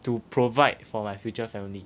to provide for my future family